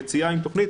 של יציאה עם תוכנית,